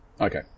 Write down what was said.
okay